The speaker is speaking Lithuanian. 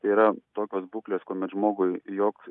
yra tokios būklės kuomet žmogui joks